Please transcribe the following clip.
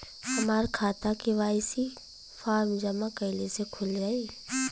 हमार खाता KYC form जमा कइले से खुल जाई?